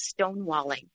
stonewalling